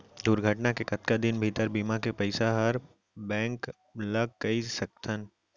दुर्घटना के कतका दिन भीतर बीमा के पइसा बर बैंक ल कई सकथन?